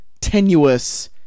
tenuous